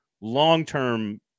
long-term